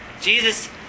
Jesus